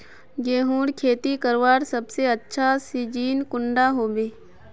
गेहूँर खेती करवार सबसे अच्छा सिजिन कुंडा होबे?